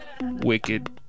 wicked